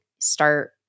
start